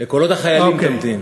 לקולות החיילים תמתין.